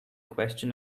question